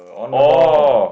on the ball